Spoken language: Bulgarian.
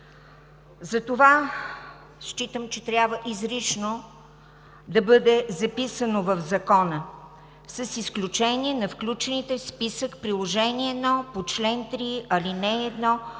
Затова считам, че трябва изрично да бъде записано в Закона „с изключение на включените в списък Приложение 1 по чл. 3, ал. 1 от